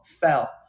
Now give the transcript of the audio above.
fell